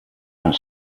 and